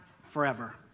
forever